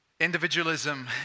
Individualism